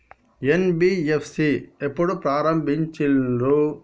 NBFC ఎప్పుడు ప్రారంభించిల్లు?